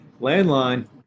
landline